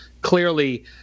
clearly